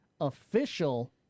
official